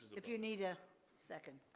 if you need a second.